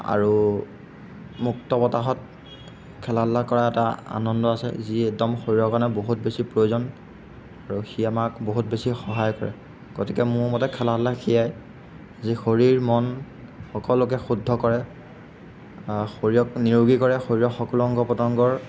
আৰু মুক্ত বতাহত খেলা ধূলা কৰা এটা আনন্দ আছে যি একদম শৰীৰৰ কাৰণে বহুত বেছি প্ৰয়োজন আৰু সি আমাক বহুত বেছি সহায় কৰে গতিকে মোৰ মতে খেলা ধূলা সেয়াই যি শৰীৰ মন সকলোকে শুদ্ধ কৰে শৰীৰক নিৰোগী কৰে শৰীৰৰ সকলো অংগ প্ৰত্যংগৰ